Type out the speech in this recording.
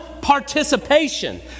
participation